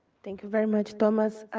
thank you very much, thomas.